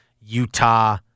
Utah